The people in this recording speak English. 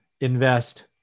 invest